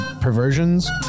perversions